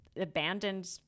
abandoned